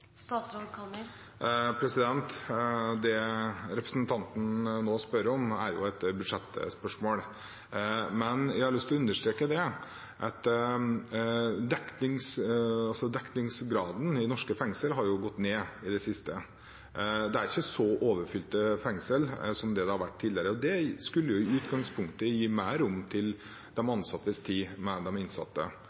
det ikke blir flere ansatte i norske fengsler framover? Det representanten nå spør om, er et budsjettspørsmål, men jeg har lyst til å understreke at dekningsgraden i norske fengsler har gått ned i det siste. Det er ikke så overfylte fengsler som det har vært tidligere. Det skulle i utgangspunktet gi mer rom